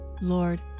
Lord